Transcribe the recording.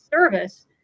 service